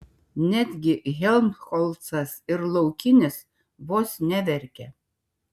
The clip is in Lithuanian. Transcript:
netgi helmholcas ir laukinis vos neverkė